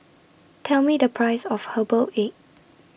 Tell Me The Price of Herbal Egg